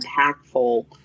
impactful